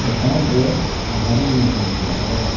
account ᱨᱮ ᱟᱫᱷᱟᱨ ᱤᱧ ᱞᱤᱝᱠᱼᱟ ᱢᱮᱱᱛᱮ ᱟᱫᱚ